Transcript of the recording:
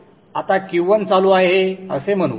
आता Q1 चालू आहे असे म्हणू